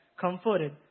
comforted